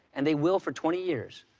and they will for twenty years.